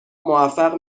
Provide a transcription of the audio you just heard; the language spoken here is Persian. موفق